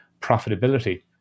profitability